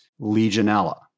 Legionella